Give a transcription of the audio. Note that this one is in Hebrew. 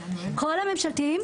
בכל הממשלתיים,